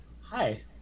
Hi